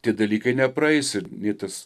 tie dalykai nepraeis ir nė tas